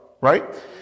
right